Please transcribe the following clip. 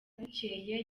bukeye